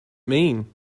mean